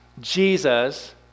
Jesus